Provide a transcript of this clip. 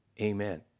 amen